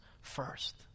first